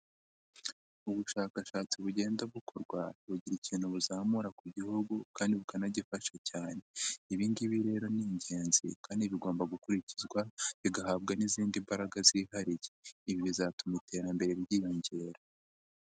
Ubushakashatsi bugenda bukorwa, bugira ikintu buzamura ku gihugu kandi bukanagifa cyane, ibi ngibi rero ni ingenzi kandi bigomba gukurikizwa, bigahabwa n'izindi mbaraga zihariye, ibi bizatuma iterambere ryiyongera.